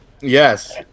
Yes